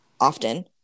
often